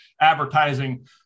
advertising